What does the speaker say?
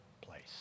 place